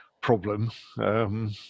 problem